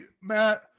Matt